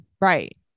Right